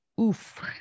oof